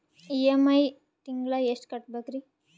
EMI ತಿಂಗಳ ಎಷ್ಟು ಕಟ್ಬಕ್ರೀ?